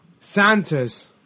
Santa's